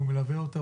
שהוא מלווה אותו.